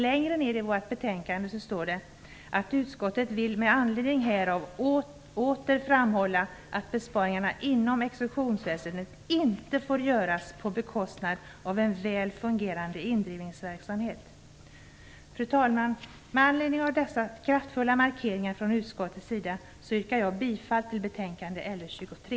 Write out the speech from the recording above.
Längre ner i vårt betänkande står det: Utskottet vill med anledning härav åter framhålla att besparingarna inom exekutionsväsendet inte får göras på bekostnad av en väl fungerande indrivningsverksamhet. Fru talman! Med anledning av dessa kraftfulla markeringar från utskottets sida yrkar jag bifall till hemställan i betänkande LU23.